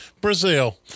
Brazil